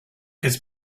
his